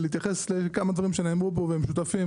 להתייחס לכמה דברים שנאמרו פה והם שותפים.